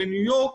בניו יורק,